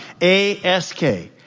A-S-K